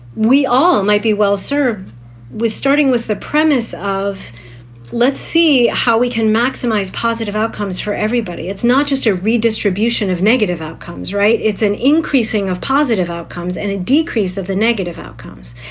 we all might be well served with, starting with the premise of let's see how we can maximize positive outcomes for everybody. it's not just a redistribution of negative outcomes, right? it's an increasing of positive outcomes and a decrease of the negative outcomes.